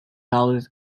called